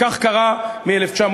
וכך קרה מ-1949,